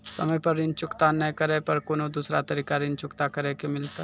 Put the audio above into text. समय पर ऋण चुकता नै करे पर कोनो दूसरा तरीका ऋण चुकता करे के मिलतै?